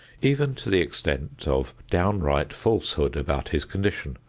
even to the extent of downright falsehood about his condition,